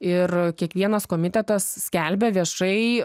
ir kiekvienas komitetas skelbia viešai